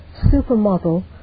supermodel